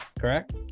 correct